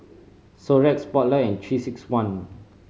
Xorex Spotlight and Three Six One